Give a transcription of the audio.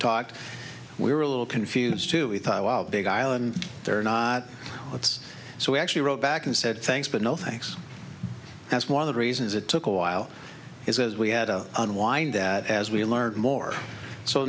talked we were a little confused too we thought wow big island or not it's so we actually wrote back and said thanks but no thanks that's one of the reasons it took a while he says we had a unwind that as we learned more so